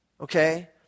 Okay